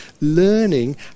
learning